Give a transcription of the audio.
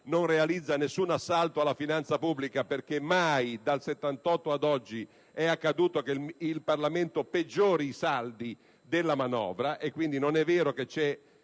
non realizza nessun assalto alla finanza pubblica, perché mai dal 1978 ad oggi è accaduto che il Parlamento peggiori i saldi della manovra; quindi, non è vero che vi